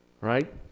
Right